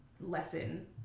lesson